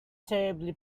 terribly